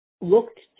looked